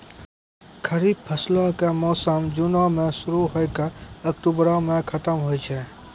खरीफ फसलो के मौसम जूनो मे शुरु होय के अक्टुबरो मे खतम होय छै